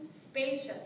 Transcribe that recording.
spacious